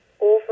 over